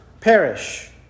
perish